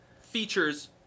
features